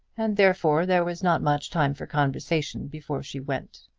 and therefore there was not much time for conversation before she went.